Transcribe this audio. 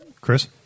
Chris